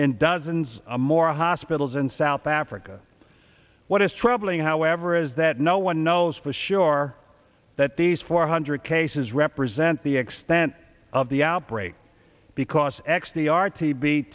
in dozens of more hospitals in south africa what is troubling however is that no one knows for sure or that these four hundred cases represent the extent of the outbreak because